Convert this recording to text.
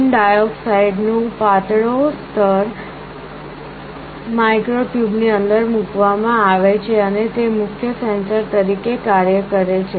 tin dioxide નું પાતળો સ્તર માઇક્રો ટ્યુબની અંદર મૂકવામાં આવે છે અને તે મુખ્ય સેન્સર તરીકે કાર્ય કરે છે